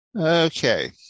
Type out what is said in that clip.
Okay